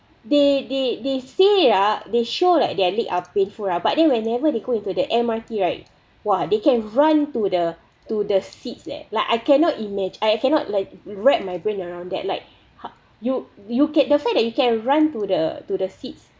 they they they say ah they show like their leg are painful ah but then whenever they go into the M_R_T right !wah! they can run to the to the seats leh like I cannot imagi~ I cannot like wrap my brain around that like ha~ you you get the fact that you can run to the to the seats